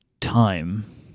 time